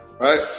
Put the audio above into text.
right